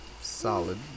solid